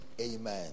Amen